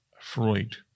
freud